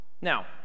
Now